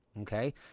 okay